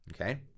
Okay